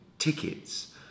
tickets